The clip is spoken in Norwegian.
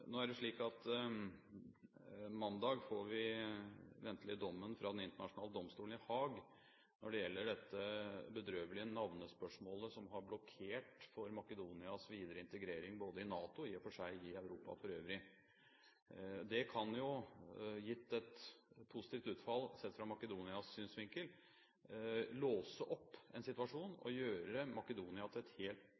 Nå er det slik at mandag får vi ventelig dommen fra Den internasjonale domstolen i Haag når det gjelder dette bedrøvelige navnespørsmålet, som har blokkert for Makedonias videre integrering, både i NATO og i og for seg i Europa for øvrig. Det kan – gitt et positivt utfall, sett fra Makedonias synsvinkel – låse opp en situasjon